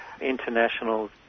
international